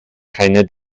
keine